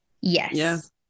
Yes